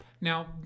Now